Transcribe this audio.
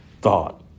thought